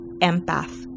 empath